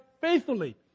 faithfully